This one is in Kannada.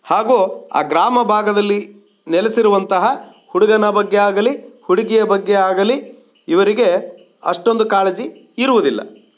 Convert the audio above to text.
ಹಾಗೂ ಆ ಗ್ರಾಮ ಭಾಗದಲ್ಲಿ ನೆಲೆಸಿರುವಂತಹ ಹುಡುಗನ ಬಗ್ಗೆ ಆಗಲಿ ಹುಡುಗಿಯ ಬಗ್ಗೆ ಆಗಲಿ ಇವರಿಗೆ ಅಷ್ಟೊಂದು ಕಾಳಜಿ ಇರುವುದಿಲ್ಲ